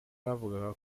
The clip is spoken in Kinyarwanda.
bavugaga